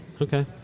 Okay